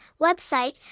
website